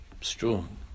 strong